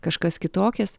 kažkas kitokias